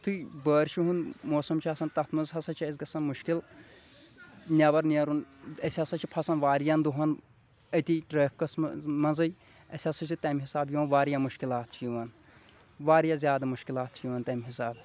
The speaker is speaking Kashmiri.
یِتُھے بٲرشہِ ہُنٛد موسم چھُ آسان تتھ منٛز ہسا چھُ اسہِ گژھان مُشکل نٮ۪بر نیرُن أسۍ ہسا چھِ پھسان واریاہن دۄہن أتی ٹریفکس منٛز منٛزٕے اسہِ ہسا چھِ تمہِ حساب یِوان واریاہ مُشکلات چھِ یِوان واریاہ زیادٕ مُشکلات چھِ یِوان تمہِ حسابہٕ